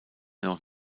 noch